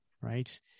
right